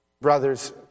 brothers